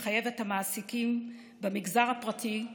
מחייב את המעסיקים במגזר הפרטי,